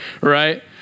right